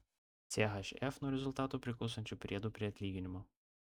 chf nuo rezultatų priklausančių priedų prie atlyginimo